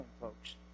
folks